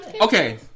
Okay